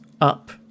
up